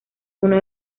uno